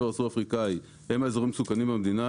הסורי-אפריקני הם האיזורים המסוכנים במדינה,